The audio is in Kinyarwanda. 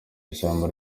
ishyamba